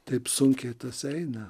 taip sunkiai tas eina